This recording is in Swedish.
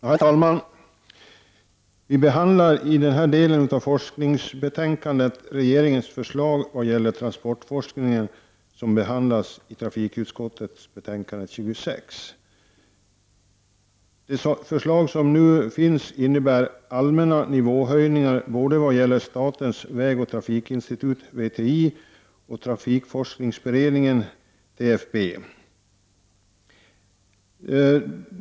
Herr talman! Vi behandlar i den här delen av forskningsdebatten regeringens förslag vad gäller transportforskning, som tas upp i trafikutskottets betänkande 26. Förslaget innebär allmänna nivåhöjningar både vad gäller statens vägoch trafikinstitut, VTI, och trafikforskningsberedningen, TFB.